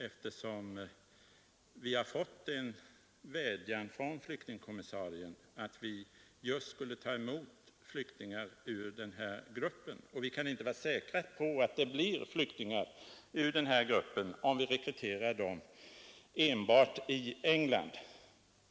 Vi har nämligen fått en vädjan från flyktingkommissarien att vi just skulle ta emot flyktingar ur den här gruppen, och vi kan inte vara säkra på att det blir flyktingar ur den här gruppen, om vi rekryterar flyktingar enbart i England.